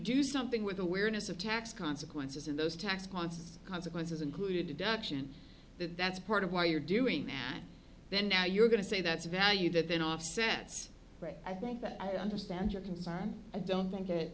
do something with awareness of tax consequences in those tax concerts consequences included deduction that that's part of why you're doing that then now you're going to say that's a value that then offsets i think that i understand your concern i don't think it